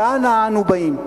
ואנה אנו באים?